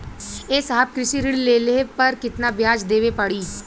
ए साहब कृषि ऋण लेहले पर कितना ब्याज देवे पणी?